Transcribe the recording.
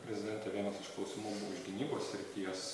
prezidente vienas iš klausimų buvo iš gynybos srities